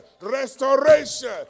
restoration